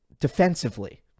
defensively